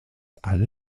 alle